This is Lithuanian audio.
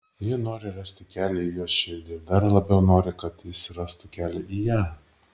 ji nori rasti kelią į jo širdį ir dar labiau nori kad jis rastų kelią į ją